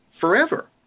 forever